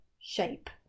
shape